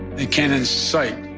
they can incite.